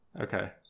okay